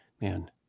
Man